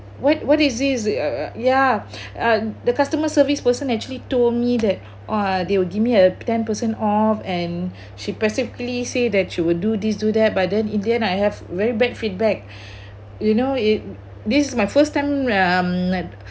what what is this uh uh ya uh the customer service person actually told me that uh they will give me a ten percent off and she basically say that she would do this do that but then in the end I have very bad feedback you know it this is my first time um